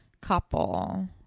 couple